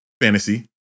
fantasy